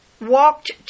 walked